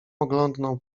oglądnął